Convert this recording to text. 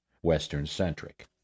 Western-centric